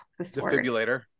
defibrillator